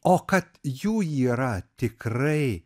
o kad jų yra tikrai